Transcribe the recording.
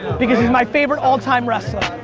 because he's my favorite all-time wrestler.